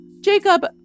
Jacob